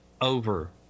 over